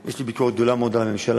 יש לי ביקורת גדולה מאוד על הממשלה,